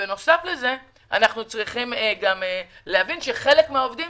בנוסף אנחנו צריכים להבין שאת חלק מהעובדים